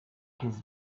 his